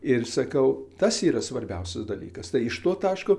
ir sakau tas yra svarbiausias dalykas tai iš to taško